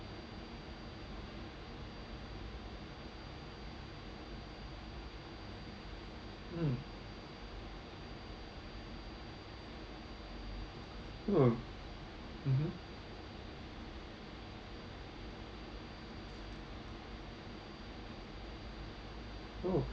mm oh mmhmm oh